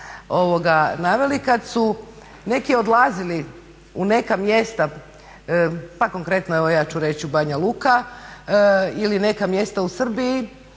kolegica naveli, kad su neki odlazili u neka mjesta pa konkretno evo ja ću reći Banja Luka ili neka mjesta u Srbiji,